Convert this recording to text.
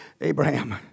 abraham